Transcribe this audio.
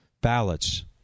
ballots